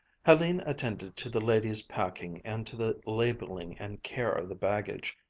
helene attended to the ladies' packing and to the labeling and care of the baggage.